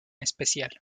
especial